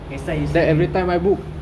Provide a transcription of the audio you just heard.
next time you see him